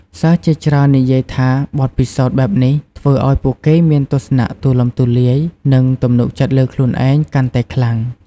សិស្សជាច្រើននិយាយថាបទពិសោធន៍បែបនេះធ្វើឲ្យពួកគេមានទស្សនៈទូលំទូលាយ និងទំនុកចិត្តលើខ្លួនឯងកាន់តែខ្លាំង។